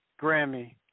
Grammy